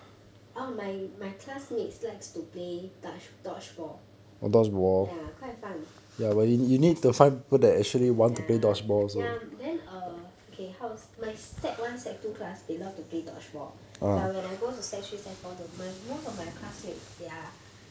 oh my my classmates likes to play dutch dodge ball ya quite fun ya ya then err okay how s~ my sec one sec two class they love to play dodge ball but when I go to sec three sec four most of my classmates they are